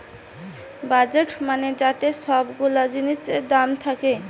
budget মানে যাতে সব গুলা জিনিসের দাম থাকে